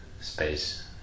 space